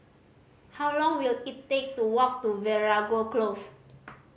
how long will it take to walk to Veeragoo Close